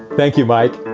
thank you, mike.